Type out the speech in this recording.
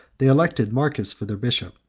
they elected marcus for their bishop,